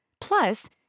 Plus